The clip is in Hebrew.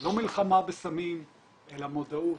לא מלחמה בסמים אלא מודעות.